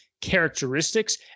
characteristics